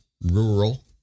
rural